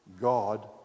God